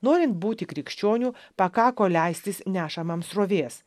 norint būti krikščioniu pakako leistis nešamam srovės